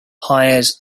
hires